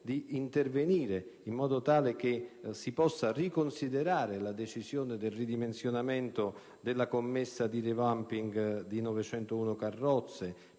di intervenire in modo tale che si possa riconsiderare la decisione del ridimensionamento della commessa di *revamping* di 901 carrozze